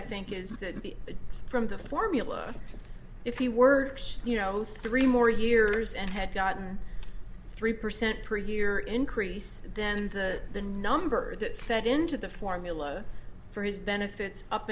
i think is that a from the formula if he were you know three more years and had gotten three percent per year increase then the the numbers that set into the formula for his benefits up